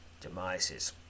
demises